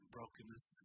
Brokenness